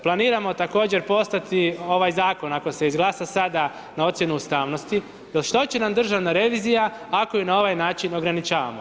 Planiramo također poslati ovaj zakon ako se izglasa sada, na ocjenu ustavnosti jer što će nam Državna revizija ako ju na ovaj način ograničavamo?